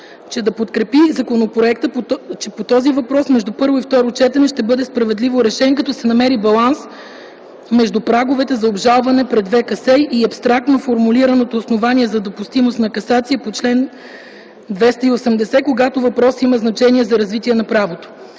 за да подкрепи законопроекта, че този въпрос между първо и второ четене ще бъде справедливо решен като се намери баланс между праговете за обжалване пред ВКС и абстрактно формулираното основание за допустимост на касация по чл. 280, когато въпросът има значение за развитие на правото.